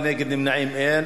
לא.